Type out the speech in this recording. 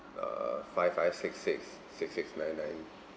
uh five five six six six six nine nine